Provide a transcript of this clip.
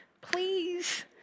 please